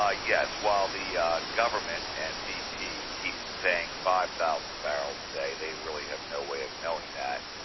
ah yes. while the yeah government and bp keeps saying five thousand barrels a day, they really have no way of knowing that.